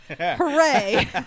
Hooray